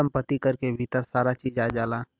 सम्पति कर के भीतर सारा चीज आ जाला